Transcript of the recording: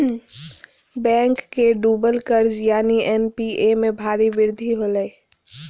bank के डूबल कर्ज यानि एन.पी.ए में भारी वृद्धि होलय